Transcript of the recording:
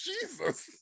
Jesus